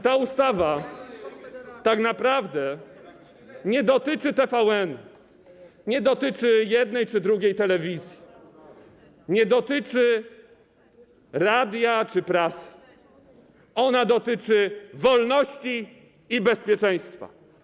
Ta ustawa tak naprawdę nie dotyczy TVN-u, nie dotyczy jednej czy drugiej telewizji, nie dotyczy radia czy prasy, ona dotyczy wolności i bezpieczeństwa.